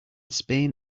spain